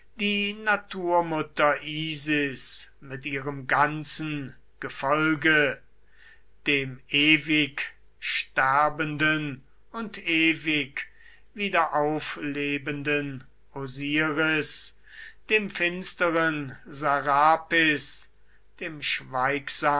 die naturmutter isis mit ihrem ganzen gefolge dem ewig sterbenden und ewig wiederauflebenden osiris dem finsteren sarapis dem